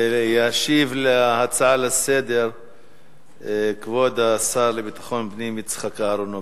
ישיב על ההצעות לסדר-היום כבוד השר לביטחון פנים יצחק אהרונוביץ.